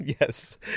Yes